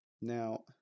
Now